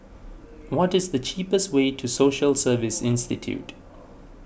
what is the cheapest way to Social Service Institute